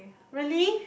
really